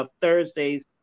Thursdays